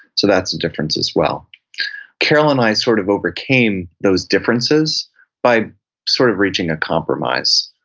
so that's a difference, as well carol and i sort of overcame those differences by sort of reaching a compromise.